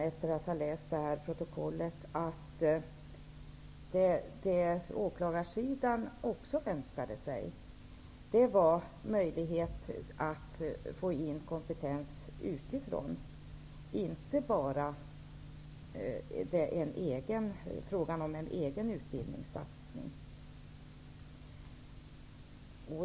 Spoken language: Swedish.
Efter att ha läst detta protokoll är även jag medveten om att åklagarsidan också önskade få in kompetens utifrån, alltså inte bara en egen satsning på utbildning.